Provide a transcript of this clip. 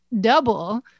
double